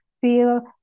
feel